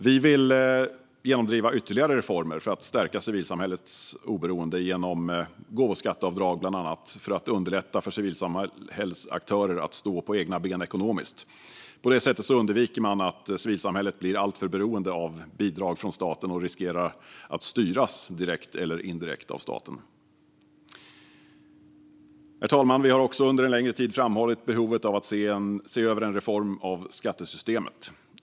Vi vill driva igenom ytterligare reformer för att stärka civilsamhällets oberoende genom bland annat gåvoskatteavdrag för att underlätta för civilsamhällesaktörer att stå på egna ben ekonomiskt. På detta sätt undviker man att civilsamhället blir alltför beroende av bidrag från staten och riskerar att styras direkt eller indirekt av staten. Herr talman! Vi har under en längre tid framhållit behovet av att se över en reform av skattesystemet.